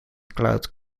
cloud